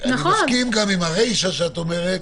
אני מסכים עם הרישא שאת אומרת,